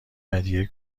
هدیه